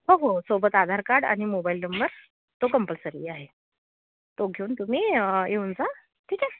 हो हो सोबत आधार कार्ड आणि मोबाईल नंबर तो कंपल्सरी आहे तो घेऊन तुम्ही येऊन जा ठीक आहे